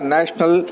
National